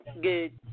good